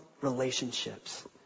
relationships